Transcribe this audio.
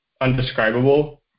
undescribable